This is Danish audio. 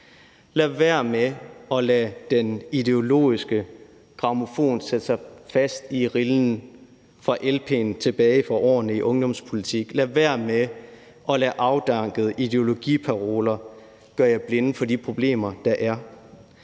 Lad være med at lade den ideologiske grammofonnål sætte sig fast i rillen på LP'en tilbage fra årene i ungdomspolitik. Lad være med at lade afdankede ideologiparoler gøre jer blinde for de problemer, der er.